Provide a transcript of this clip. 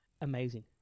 Amazing